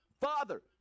Father